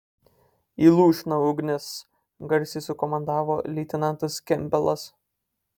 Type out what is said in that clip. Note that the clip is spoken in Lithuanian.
į lūšną ugnis garsiai sukomandavo leitenantas kempbelas